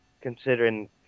considering